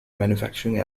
manufacturing